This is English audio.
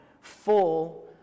full